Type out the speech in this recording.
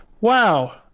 Wow